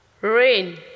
rain